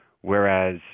whereas